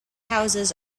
houses